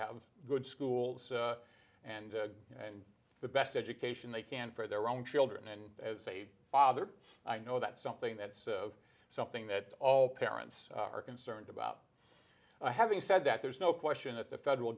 have good schools and and the best education they can for their own children and as a father i know that's something that's of something that all parents are concerned about having said that there's no question that the federal